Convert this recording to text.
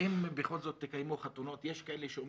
יש כאלה שאומרים,